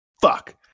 Fuck